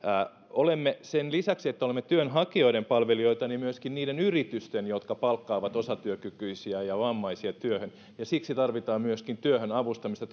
sen lisäksi että olemme työnhakijoiden palvelijoita niin myöskin niiden yritysten jotka palkkaavat osatyökykyisiä ja vammaisia työhön ja siksi tarvitaan myöskin työhön avustamista